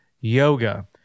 yoga